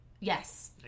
Yes